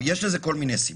יש לזה כל מיני סיבות,